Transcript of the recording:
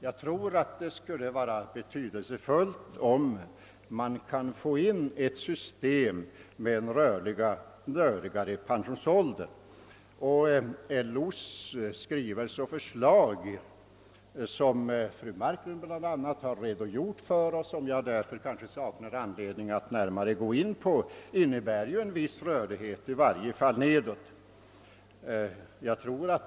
Jag tror att det skulle vara betydelsefullt, om man kunde skapa ett system med en rörligare pensionsålder, och LO:s skrivelse och förslag, som fru Marklund har redogjort för och som jag därför kanske saknar anledning att gå närmare in på, innebär en viss rörlighet, i varje fall nedåt.